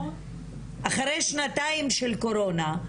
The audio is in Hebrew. אחרי שנתיים של קורונה,